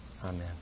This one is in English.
Amen